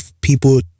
people